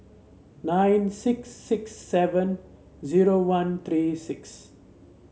nine six six seven zero one three six